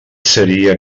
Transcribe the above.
seria